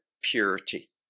purity